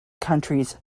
countries